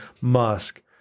Musk